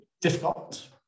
difficult